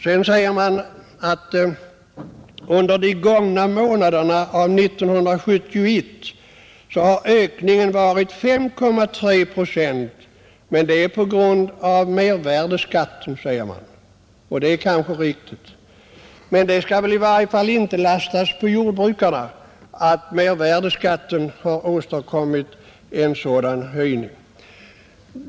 Man säger att ökningen under de gångna månaderna av 1971 varit 5,3 procent. Men det är på grund av mervärdeskatten, säger man också, och det är kanske riktigt. Det skall i varje fall inte lastas på jordbrukarna att mervärdeskatten åstadkommer en sådan höjning.